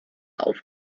auf